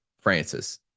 Francis